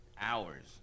hours